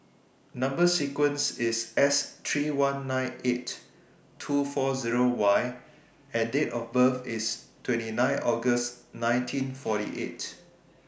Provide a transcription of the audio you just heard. Number sequence IS S three one nine eight two four Zero Y and Date of birth IS twenty nine August nineteen forty eight